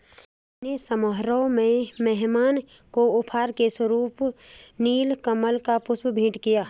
मैंने समारोह में मेहमान को उपहार स्वरुप नील कमल का पुष्प भेंट किया